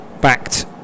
backed